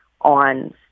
on